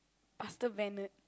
after